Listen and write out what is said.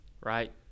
Right